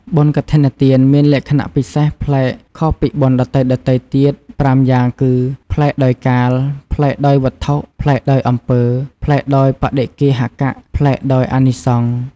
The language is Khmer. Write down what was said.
បុណ្យកឋិនទានមានក្ខណៈពិសេសប្លែកខុសពីបុណ្យដទៃៗទៀត៥យ៉ាងគឺ ប្លែកដោយកាល ប្លែកដោយវត្ថុ ប្លែកដោយអំពើ ប្លែកដោយបដិគ្គាហក ប្លែកដោយអានិសង្ស ។